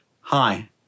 Hi